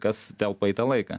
kas telpa į tą laiką